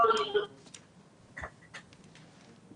רמ"א העלה קודם נקודה לגבי מה שחגי נגע בו עכשיו,